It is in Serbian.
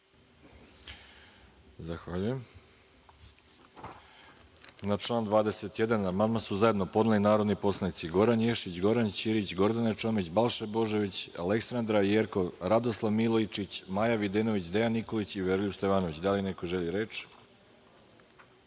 Zahvaljujem. Na član 21. amandman su zajedno podneli narodni poslanici Goran Ješić, Goran Ćirić, Gordana Čomić, Balša Božović, Aleksandra Jerkov, Radoslav Milojičić, Maja Videnović, Dejan Nikolić i Veroljub Stevanović. Da li neko želi reč?